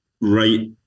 right